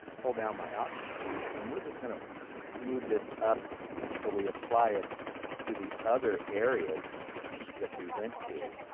hold down my option key and we're just going to move this up so we apply it to the other areas that we went to